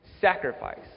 sacrifice